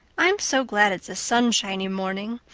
i'm so glad it's a sunshiny morning.